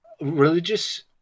religious